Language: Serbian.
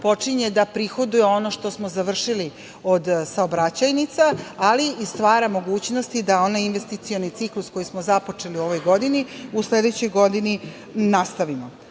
počinje da prihoduje ono što smo završili od saobraćajnica, ali i stvara mogućnosti da onaj investicioni ciklus koji smo započeli u ovoj godini, u sledećoj godini nastavimo. Realan